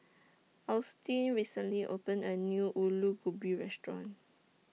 Austin recently opened A New Alu Gobi Restaurant